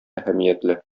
әһәмиятле